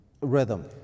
rhythm